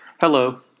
Hello